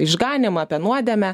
išganymą apie nuodėmę